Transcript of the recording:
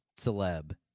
celeb